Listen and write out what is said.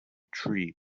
tree